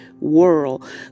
world